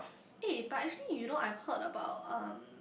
eh but actually you know I've heard about um